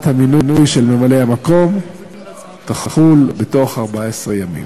המינוי של ממלא-המקום תחול בתוך 14 ימים.